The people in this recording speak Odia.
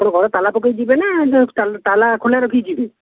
ଆପଣ ଘରେ ତାଲା ପକେଇକି ଯିବେ ନା ତାଲା ଖୋଲା ରଖିକି ଯିବେ